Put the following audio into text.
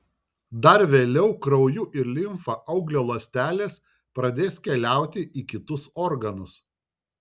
dar vėliau krauju ir limfa auglio ląstelės pradės keliauti į kitus organus